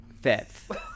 Fifth